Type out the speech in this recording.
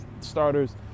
starters